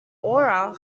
aura